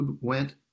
went